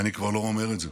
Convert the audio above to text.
ואני כבר לא אומר את זה.